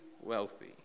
wealthy